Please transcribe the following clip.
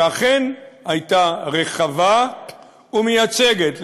שאכן הייתה רחבה ומייצגת,